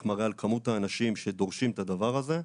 מראה על כמות האנשים שדורשים את הדבר הזה.